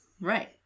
Right